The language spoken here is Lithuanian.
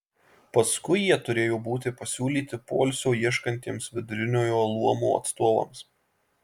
paskui jie turėjo būti pasiūlyti poilsio ieškantiems viduriniojo luomo atstovams